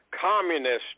communist